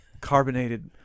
carbonated